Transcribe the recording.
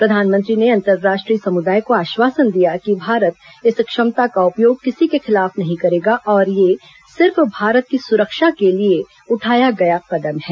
प्रधानमंत्री ने अंतर्राष्ट्रीय समुदाय को आश्वासन दिया कि भारत इस क्षमता का उपयोग किसी के खिलाफ नहीं करेगा और यह सिर्फ भारत की सुरक्षा के लिए उठाया गया कदम है